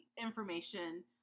information